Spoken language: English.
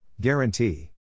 Guarantee